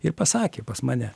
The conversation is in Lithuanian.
ir pasakė pas mane